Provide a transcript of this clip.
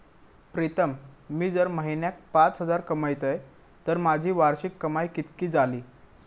प्रीतम मी जर म्हयन्याक पाच हजार कमयतय तर माझी वार्षिक कमाय कितकी जाली?